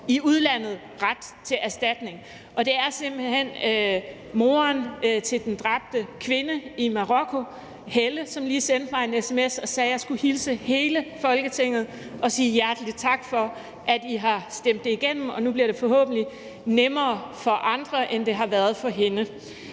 i udlandet ret til erstatning, og det er simpelt hen moren til den dræbte kvinde i Marokko, Helle, som lige har sendt mig en sms og sagt, at jeg skulle hilse hele Folketinget og sige hjertelig tak for, at I har stemt det igennem, og at det nu forhåbentlig bliver nemmere for andre, end det har været for hende.